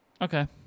Okay